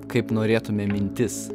kaip norėtume mintis